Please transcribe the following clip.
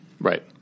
Right